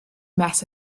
mess